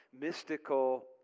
mystical